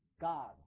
God